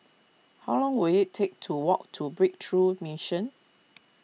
how long will it take to walk to Breakthrough Mission